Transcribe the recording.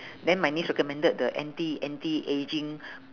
then my niece recommended the anti anti aging